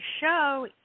show